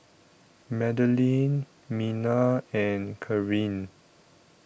Madelene Mena and Karin